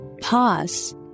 pause